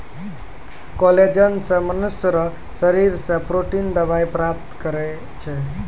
collagen से मनुष्य रो शरीर से प्रोटिन दवाई प्राप्त करै छै